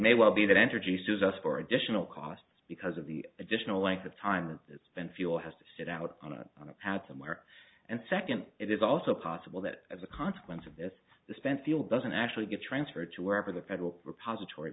may well be that entergy says us for additional costs because of the additional length of time it spent fuel has to sit out on a pad somewhere and second it is also possible that as a consequence of this the spent fuel doesn't actually get transferred to wherever the federal repositor